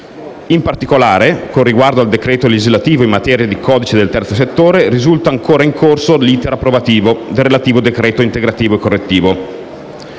In particolare, con riguardo al decreto legislativo in materia di codice del terzo settore, risulta ancora in corso l'*iter* approvativo del relativo decreto integrativo e correttivo.